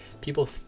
People